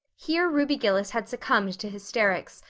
here ruby gillis had succumbed to hysterics,